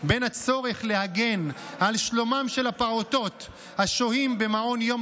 בין הצורך להגן על שלומם של הפעוטות השוהים במעון יום